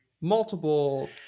multiple